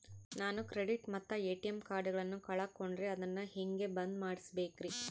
ನಾನು ಕ್ರೆಡಿಟ್ ಮತ್ತ ಎ.ಟಿ.ಎಂ ಕಾರ್ಡಗಳನ್ನು ಕಳಕೊಂಡರೆ ಅದನ್ನು ಹೆಂಗೆ ಬಂದ್ ಮಾಡಿಸಬೇಕ್ರಿ?